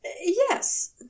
Yes